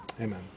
Amen